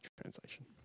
translation